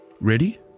Ready